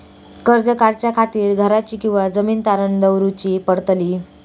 कर्ज काढच्या खातीर घराची किंवा जमीन तारण दवरूची पडतली?